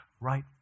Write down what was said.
right